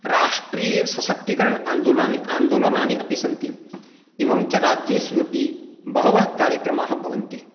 राष्ट्रियसशक्तिकरण आन्दोलनानि आन्दोलनानि अपि सन्ति एवञ्च राज्येष्वपि बहवः कार्यक्रमाः भवन्ति